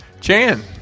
Chan